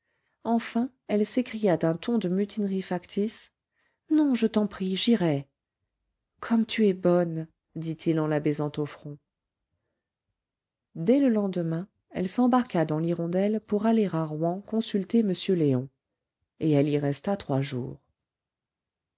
enfin elle s'écria d'un ton de mutinerie factice non je t'en prie j'irai comme tu es bonne dit-il en la baisant au front dès le lendemain elle s'embarqua dans l'hirondelle pour aller à rouen consulter m léon et elle y resta trois jours